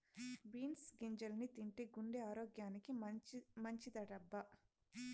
beans గింజల్ని తింటే గుండె ఆరోగ్యానికి మంచిదటబ్బా